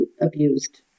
abused